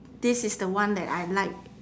this is the one that I like